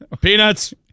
Peanuts